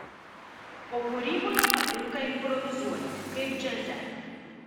o kūryboje patinka improvizuoti kaip džiaze